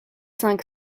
cinq